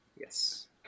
Yes